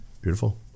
Beautiful